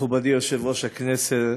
מכובדי יושב-ראש הכנסת,